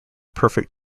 perfect